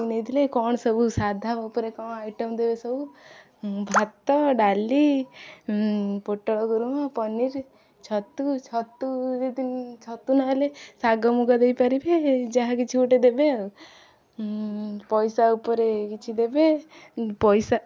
ନେଇଥିଲେ କ'ଣ ସବୁ ସାଧା ଉପରେ କ'ଣ ଆଇଟମ୍ ଦେବେ ସବୁ ଭାତ ଡାଲି ପୋଟଳ ଖୁରୁମା ପନିର ଛତୁ ଛତୁ ଯଦି ଛତୁ ନହେଲେ ଶାଗ ମୁଗ ଦେଇପାରିବେ ଯାହା କିଛି ଗୋଟେ ଦେବେ ଆଉ ପଇସା ଉପରେ କିଛି ଦେବେ ପଇସା